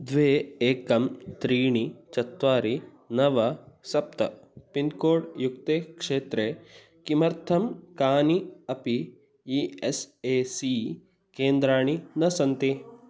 द्वे एकं त्रीणि चत्वारि नव सप्त पिन्कोड् युक्ते क्षेत्रे किमर्थं कानि अपि ई एस् ए सी केन्द्राणि न सन्ति